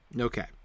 Okay